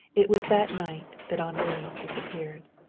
it was that night that henri disappeared.